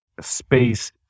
space